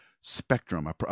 spectrum